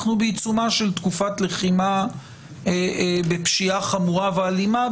אנחנו בעיצומה של תקופת לחימה בפשיעה חמורה ואלימה,